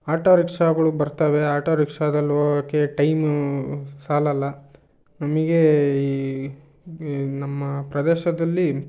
auto ರಿಕ್ಷಾಗಳು ಬರ್ತವೆ auto ರಿಕ್ಷಾದಲ್ಲಿ ಹೋಗೋಕೆ ಟೈಮು ಸಾಲಲ್ಲ ನಮಗೆ ಈ ಈ ನಮ್ಮ ಪ್ರದೇಶದಲ್ಲಿ